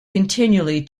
continually